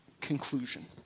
conclusion